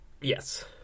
Yes